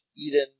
Eden